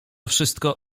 wszystko